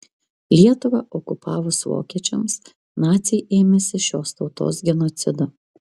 lietuvą okupavus vokiečiams naciai ėmėsi šios tautos genocido